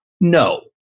No